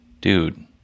Dude